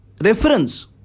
reference